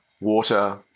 water